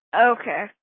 Okay